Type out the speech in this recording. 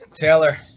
Taylor